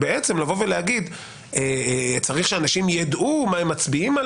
לבוא ולהגיד שצריך שאנשים ידעו על מה הם מצביעים,